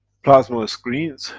plasma screens,